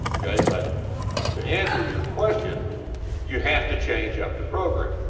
okay, but to answer your question you have to change up the program